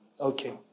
Okay